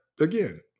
again